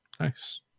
Nice